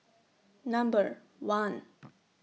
Number one